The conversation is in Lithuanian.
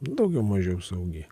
daugiau mažiau saugi